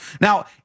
Now